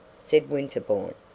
said winterbourne.